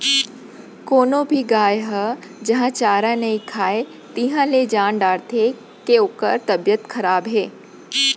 कोनो भी गाय ह जहॉं चारा नइ खाए तिहॉं ले जान डारथें के ओकर तबियत खराब हे